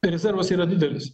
rezervas yra didelis